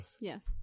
Yes